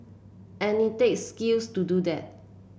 and it takes skill to do that